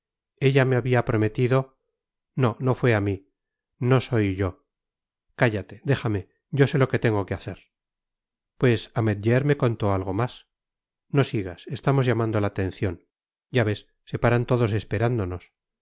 ella me había prometido no no fue a mí no soy yo cállate déjame yo sé lo que tengo que hacer pues ametller me contó algo más no sigas estamos llamando la atención ya ves se paran todos esperándonos